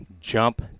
jump